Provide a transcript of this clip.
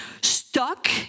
stuck